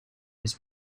his